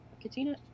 Katina